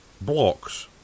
blocks